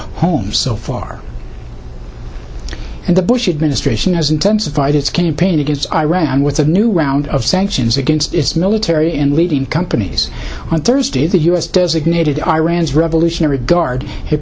homes so far and the bush administration has intensified its campaign against iran with a new round of sanctions against its military and leading companies on thursday the u s designated iran's revolutionary guard hi